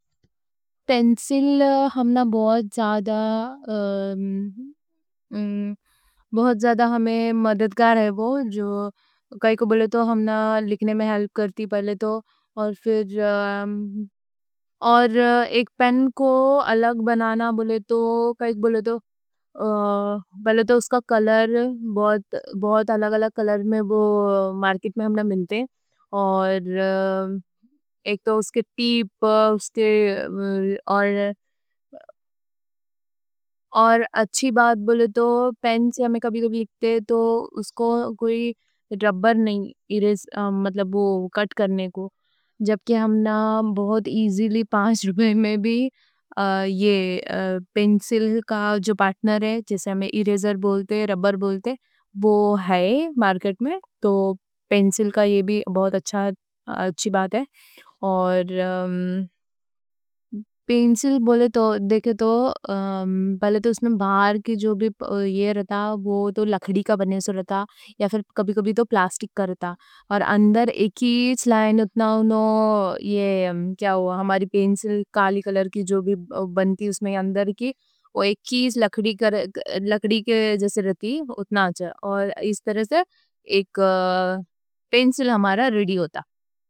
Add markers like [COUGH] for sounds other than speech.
پینسل ہمنا بہت زیادہ، بہت زیادہ ہمیں مددگار ہے، وہ کائیں کوں بولے تو۔ تو ہمنا لکھنے میں ہیلپ کرتی، پہلے تو، اور ایک پین کو الگ بنانا بولے تو، کائیں کوں بولے تو پہلے تو اس کا کلر۔ بہت بہت الگ الگ کلر میں وہ مارکٹ میں ہمنا ملتے اور۔ ایک تو ٹِپ اس کے اور [HESITATION] اور اچھی بات بولے تو پین سے ہمیں کبھی۔ کبھی لکھتے تو اس کو کوئی ربر نہیں، ایریز مطلب وہ کٹ کرنے۔ کو جبکہ ہمنا بہت ایزیلی پانچ روپے میں بھی [HESITATION] یہ پینسل کا جو۔ پارٹنر ہے، جیسے ہمیں ایریزر بولتے، ربر بولتے، وہ ہے مارکٹ میں تو۔ پینسل کا یہ بھی بہت اچھی اچھی بات ہے، اور پینسل بولے تو دیکھے تو۔ پہلے پہلے تو اس میں [HESITATION] باہر کی وہ تو لکڑی۔ کا بننے سے رہتا، کبھی کبھی تو پلاسٹک کا رہتا اور اندر ایکی لائن۔ اتنا انہوں یہ کیا ہوا، ہماری پینسل کالی کلر کی جو بھی بنتی۔ اس میں اندر کی وہ ایکی [HESITATION] لکڑی کی جیسے رہتی، اتنا اچھا اور اس طرح سے ایک پینسل ہمارا ریڈی ہوتا۔